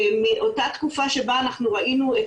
ומאותה תקופה שבה אנחנו ראינו את